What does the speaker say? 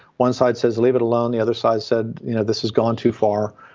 one side says leave it alone the other side said you know this has gone too far.